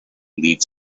leaves